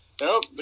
nope